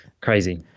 Crazy